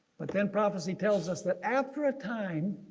but then prophecy tells us that after a time